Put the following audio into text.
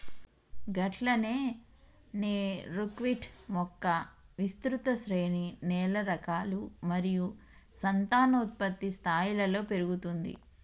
గట్లనే నీ బుక్విట్ మొక్క విస్తృత శ్రేణి నేల రకాలు మరియు సంతానోత్పత్తి స్థాయిలలో పెరుగుతుంది